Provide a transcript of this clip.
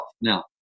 Now